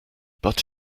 but